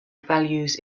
values